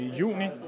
juni